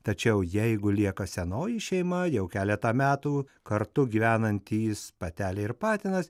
tačiau jeigu lieka senoji šeima jau keletą metų kartu gyvenantys patelė ir patinas